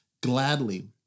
gladly